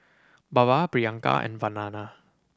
Baba Priyanka and Vandana